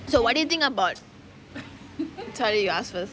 so what do you think about sorry you ask first